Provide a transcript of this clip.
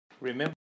remember